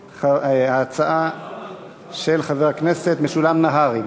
הצעה מס' 2083 של חבר הכנסת משולם נהרי.